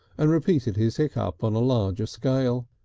and repeated his hiccup on a larger scale.